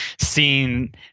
seeing